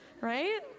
right